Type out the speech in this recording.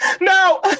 No